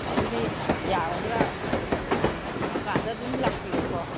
ꯑꯗꯨꯗꯤ ꯌꯥꯔꯗ꯭ꯔ ꯀꯩꯅꯣ ꯗꯨꯀꯥꯟꯗ ꯑꯗꯨꯝ ꯂꯥꯛꯄꯤꯔꯣꯀꯣ